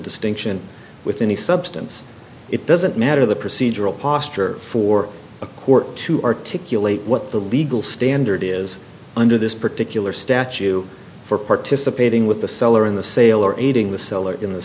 distinction with any substance it doesn't matter the procedural posture for a court to articulate what the legal standard is under this particular statue for participating with the seller in the sale or aiding the seller in the